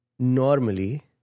Normally